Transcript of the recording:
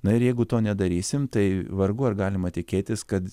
na ir jeigu to nedarysim tai vargu ar galima tikėtis kad